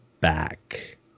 back